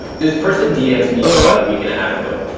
this person dm's me about a week and a half ago.